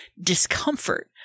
discomfort